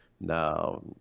now